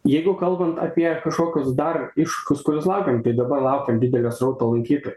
jeigu kalbant apie kažkokius dar iššūkius kuriuos laukiam tai dabar laukiam didelio srauto lankytojų